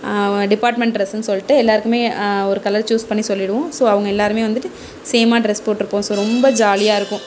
department ட்ரெஸ்னு சொல்லிட்டு எல்லோருக்குமே ஒரு கலர் சூஸ் பண்ணி சொல்லிடுவோம் ஸோ அவங்க எல்லோருமே வந்துட்டு சேமாக ட்ரெஸ் போட்டிருப்போம் ஸோ ரொம்ப ஜாலியாக இருக்கும்